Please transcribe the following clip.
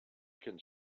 can